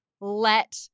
let